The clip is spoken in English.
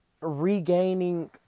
regaining